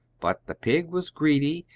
but the pig was greedy,